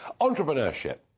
Entrepreneurship